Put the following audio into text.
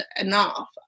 enough